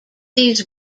these